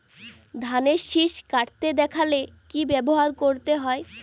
ধানের শিষ কাটতে দেখালে কি ব্যবহার করতে হয়?